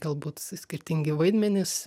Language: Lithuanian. galbūt skirtingi vaidmenys